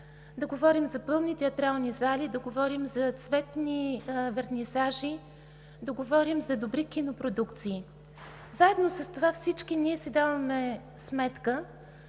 да говорим за пълни театрални зали, да говорим за цветни вернисажи, да говорим за добри кинопродукции. Заедно с това всички ние си даваме сметка,